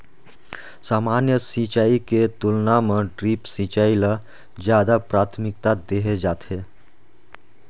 सामान्य सिंचाई के तुलना म ड्रिप सिंचाई ल ज्यादा प्राथमिकता देहे जाथे